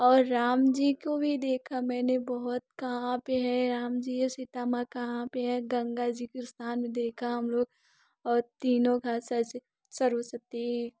और राम जी को भी देखा मैंने बहुत कहा पे है राम जी सीता माँ कहा पे है गंगा जी का स्थान देखा हम लोग और तीनों धार ऐसे सर्व शक्ति